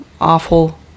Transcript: awful